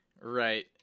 right